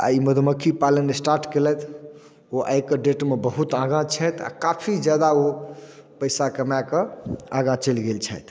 आओर ई मधुमक्खी पालन स्टार्ट कयलथि ओ आइके डेटमे बहुत आगाँ छथि आओर काफी जादा ओ पैसा कमाए कऽ आगाँ चलि गेल छथि